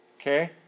Okay